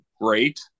great